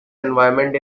environment